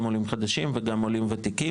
גם עולים חדשים וגם עולים וותיקים,